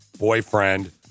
boyfriend